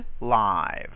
live